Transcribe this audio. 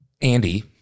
Andy